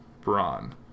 Braun